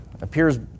appears